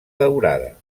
daurada